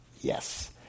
yes